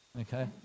okay